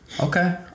Okay